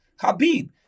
Habib